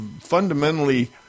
fundamentally